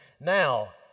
Now